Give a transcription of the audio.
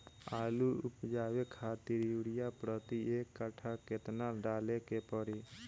आलू उपजावे खातिर यूरिया प्रति एक कट्ठा केतना डाले के पड़ी?